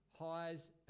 Highs